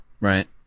Right